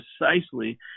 precisely